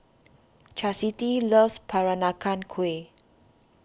Chasity loves Peranakan Kueh